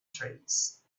trees